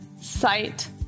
sight